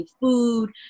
food